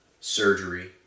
surgery